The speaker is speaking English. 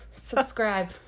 Subscribe